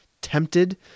tempted